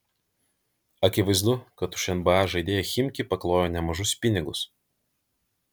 akivaizdu kad už nba žaidėją chimki paklojo nemažus pinigus